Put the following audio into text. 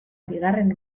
bigarren